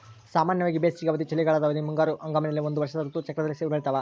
ಸಾಮಾನ್ಯವಾಗಿ ಬೇಸಿಗೆ ಅವಧಿ, ಚಳಿಗಾಲದ ಅವಧಿ, ಮುಂಗಾರು ಹಂಗಾಮಿನಲ್ಲಿ ಒಂದು ವರ್ಷದ ಋತು ಚಕ್ರದಲ್ಲಿ ಬೆಳ್ತಾವ